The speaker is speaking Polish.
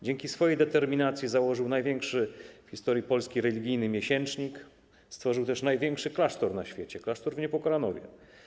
Dzięki swojej determinacji założył największy w historii Polski religijny miesięcznik, stworzył też największy klasztor na świecie, klasztor w Niepokalanowie.